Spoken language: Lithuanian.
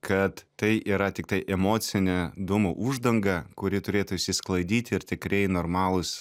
kad tai yra tiktai emocinė dūmų uždanga kuri turėtų išsisklaidyti ir tikrieji normalūs